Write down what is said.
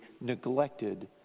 neglected